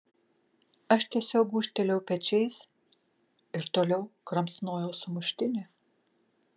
aš tiesiog gūžtelėjau pečiais ir toliau kramsnojau sumuštinį